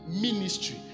ministry